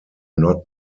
not